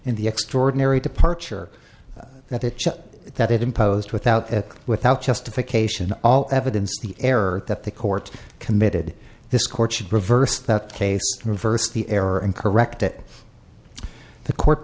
in the extraordinary departure that it showed that it imposed without without justification all evidence the error that the court committed this court should reverse that case reverse the error and correct it the court